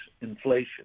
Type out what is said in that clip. inflation